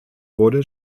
wurde